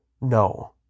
No